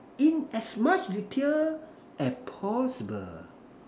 in as much detail as possible